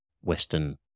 Western